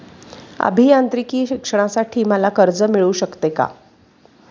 अभियांत्रिकी शिक्षणासाठी मला कर्ज मिळू शकते का?